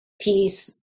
Peace